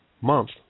month